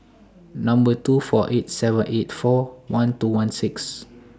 Number two four eight seven eight four one two one six